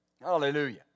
Hallelujah